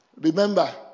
Remember